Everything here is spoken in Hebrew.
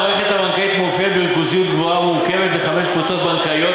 המערכת הבנקאית מתאפיינת בריכוזיות גבוהה ומורכבת מחמש קבוצות בנקאיות